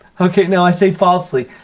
okay, now i say falsely.